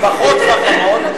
פחות חכמות,